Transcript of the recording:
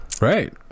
Right